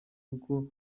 kuko